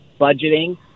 budgeting